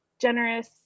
generous